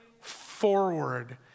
forward